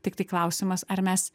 tiktai klausimas ar mes